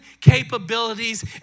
capabilities